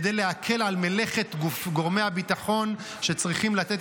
כדי להקל על מלאכת גורמי הביטחון שצריכים לתת